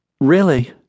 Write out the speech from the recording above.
Really